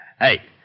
Hey